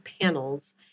Panels